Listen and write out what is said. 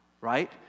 right